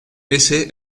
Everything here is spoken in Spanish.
ese